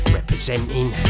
representing